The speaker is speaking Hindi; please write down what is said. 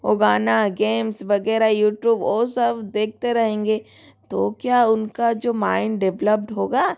वो गाना गेम्स वग़ैरह यूटूब वो सब देखते रहेंगे तो क्या उनका जो माइंड डेवलप्ड होगा